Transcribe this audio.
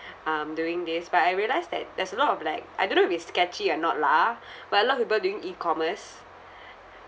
um doing this but I realised that there's a lot of like I don't know if it's sketchy or not lah ah but a lot of people doing E commerce